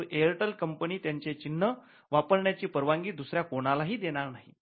परंतु एअरटेल कंपनी त्यांचे चिन्ह वापरण्याची परवानगी दुसऱ्या कोणालाही देणार नाही